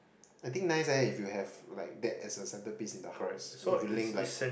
I think nice leh if you have like that as the center piece in the house if you link like